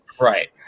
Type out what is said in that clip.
Right